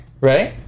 right